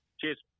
Cheers